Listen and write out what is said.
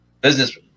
business